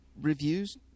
reviews